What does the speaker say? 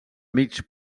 mig